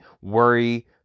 worry